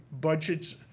budgets